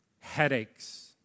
headaches